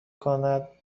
کند